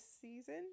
season